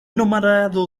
nombrado